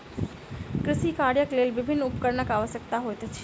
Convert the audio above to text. कृषि कार्यक लेल विभिन्न उपकरणक आवश्यकता होइत अछि